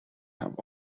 have